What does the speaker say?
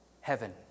heaven